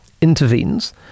intervenes